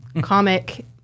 comic